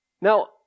Now